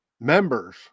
members